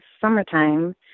summertime